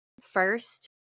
first